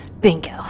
Bingo